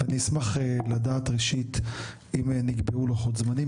ואני אשמח לדעת ראשית אם נקבעו לוחות זמנים.